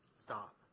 stop